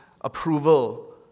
approval